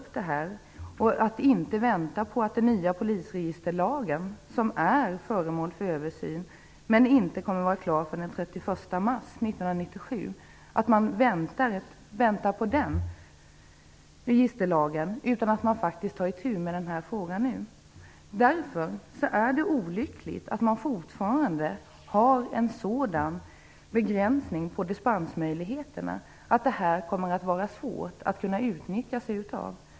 Polisregisterlagen är föremål för en översyn, men den kommer inte att vara klar förrän den 31 mars 1997. Det är positivt att man inte väntar på den registerlagen utan att man faktiskt tar itu med den här frågan nu. Det är olyckligt att det fortfarande finns en begränsning av dispensmöjligheten. Det kommer att vara svårt att utnyttja den.